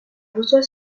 reçoit